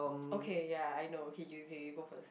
okay ya I know okay you you go first